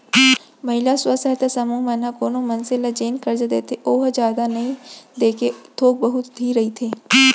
महिला स्व सहायता समूह मन ह कोनो मनसे ल जेन करजा देथे ओहा जादा नइ देके थोक बहुत ही रहिथे